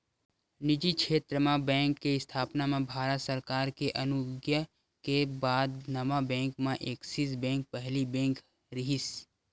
निजी छेत्र म बेंक के इस्थापना म भारत सरकार के अनुग्या के बाद नवा बेंक म ऐक्सिस बेंक पहिली बेंक रिहिस